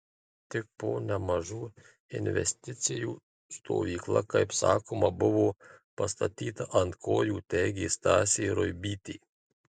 tik po nemažų investicijų stovykla kaip sakoma buvo pastatyta ant kojų teigė stasė ruibytė